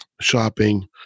shopping